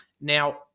now